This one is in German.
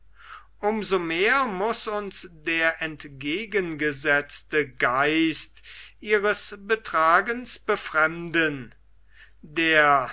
so mehr muß uns der entgegengesetzte geist ihres betragens befremden der